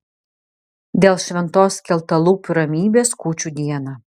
dėl šventos skeltalūpių ramybės kūčių dieną